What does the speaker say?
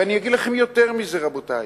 ואני אגיד לכם יותר מזה, רבותי.